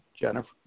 Jennifer